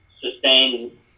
sustain